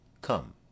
come